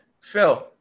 Phil